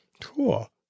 Cool